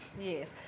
Yes